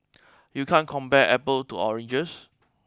you can't compare apples to oranges